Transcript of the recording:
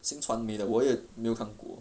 新传媒的我也没有看过